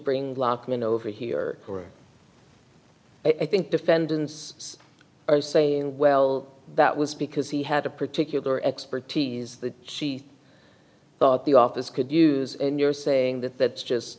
bring lockman over here i think defendants are saying well that was because he had a particular expertise that she thought the office could use and you're saying that that's